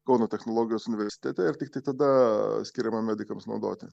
kauno technologijos universitete ir tiktai tada skiriama medikams naudoti